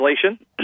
translation